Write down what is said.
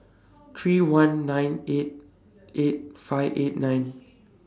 three one nine eight eight five eight nine